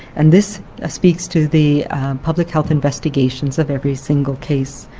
and this ah speaks to the public health investigations of every single case.